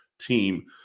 team